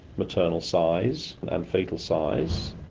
maternal size and foetal size.